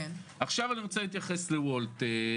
אני רוצה להתייחס לוולט.